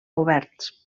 oberts